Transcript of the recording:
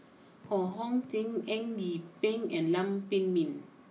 Ho Hong sing Eng Yee Peng and Lam Pin Min